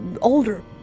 older